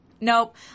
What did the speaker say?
nope